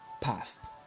past